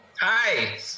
Hi